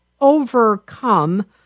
overcome